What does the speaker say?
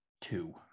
two